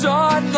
on